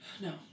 no